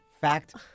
Fact